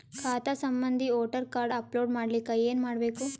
ಖಾತಾ ಸಂಬಂಧಿ voter card upload ಮಾಡಲಿಕ್ಕೆ ಏನ ಮಾಡಬೇಕು?